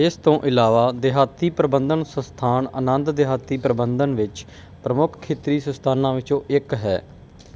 ਇਸ ਤੋਂ ਇਲਾਵਾ ਦਿਹਾਤੀ ਪ੍ਰਬੰਧਨ ਸੰਸਥਾਨ ਆਨੰਦ ਦਿਹਾਤੀ ਪ੍ਰਬੰਧਨ ਵਿੱਚ ਪ੍ਰਮੁੱਖ ਖੇਤਰੀ ਸੰਸਥਾਨਾਂ ਵਿੱਚੋਂ ਇੱਕ ਹੈ